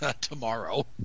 tomorrow